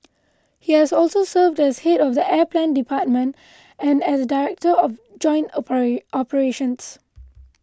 he has also served as head of the air plan department and as director of joint opera operations